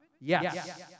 Yes